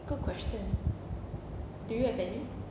good question do you have any